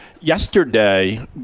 Yesterday